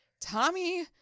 Tommy